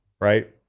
right